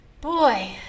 Boy